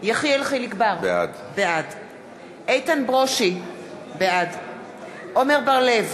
יחיאל חיליק בר, בעד איתן ברושי, בעד עמר בר-לב,